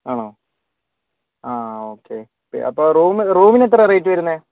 ആണോ ആഹ് ഓക്കേ അപ്പോൾ റൂമ് റൂമിന് എത്രയാണ് റേറ്റ് വരുന്നത്